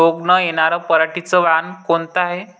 रोग न येनार पराटीचं वान कोनतं हाये?